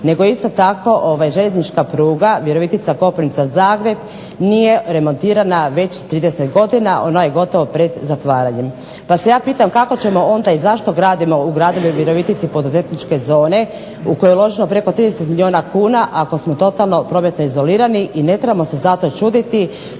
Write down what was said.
isto tako željeznička pruga Virovitica – Kopnica – Zagreb nije remontirana već 30 godina ona je već pred zatvaranjem. Pa se ja pitam kako ćemo onda i zašto gradimo u gradu Virovitici poduzetničke zone u koje je uloženo preko 30 milijuna kuna ako smo totalno prometno izolirani i ne trebamo se zato čuditi